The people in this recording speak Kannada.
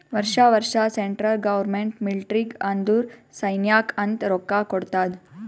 ವರ್ಷಾ ವರ್ಷಾ ಸೆಂಟ್ರಲ್ ಗೌರ್ಮೆಂಟ್ ಮಿಲ್ಟ್ರಿಗ್ ಅಂದುರ್ ಸೈನ್ಯಾಕ್ ಅಂತ್ ರೊಕ್ಕಾ ಕೊಡ್ತಾದ್